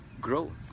grow